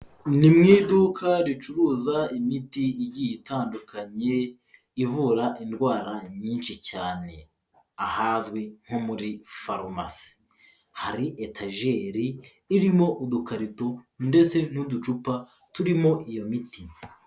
Ni mu iduka ricuruza imiti igiye itandukanye ivura indwara nyinshi cyane ahazwi nko muri farumasi. Hari etajeri irimo udukarito ndetse n'uducupa turimo iyo miti.